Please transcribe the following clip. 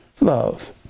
love